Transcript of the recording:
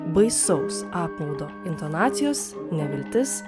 baisaus apmaudo intonacijos neviltis